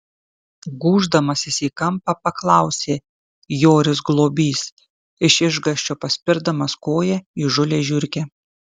gūždamasis į kampą paklausė joris globys iš išgąsčio paspirdamas koja įžūlią žiurkę